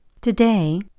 Today